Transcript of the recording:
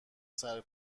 سرم